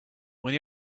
when